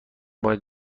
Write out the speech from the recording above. باید